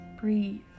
breathe